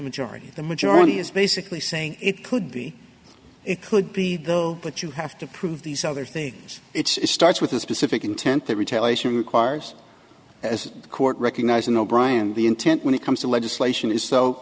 majority of the majority is basically saying it could be it could be though but you have to prove these other things it's starts with a specific intent that retaliation requires as the court recognizing o'brian the intent when it comes to legislation is so